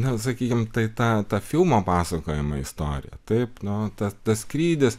na sakykim tai ta ta filmo pasakojama istorija taip nu tas tas skrydis